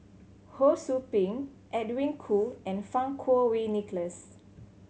Ho Sou Ping Edwin Koo and Fang Kuo Wei Nicholas